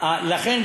לכן,